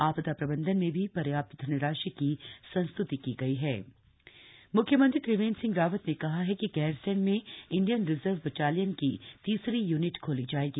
आपदा प्रबंधन में भी पर्याप्त धनराशि की संस्तृति की गई हण प्रतिस सम्मेलन म्ख्यमंत्री त्रिवेंद्र सिंह रावत ने कहा ह कि ग्रासैंण में इंडियन रिजर्व बटालियन की तीसरी यूनिट खोली जाएगी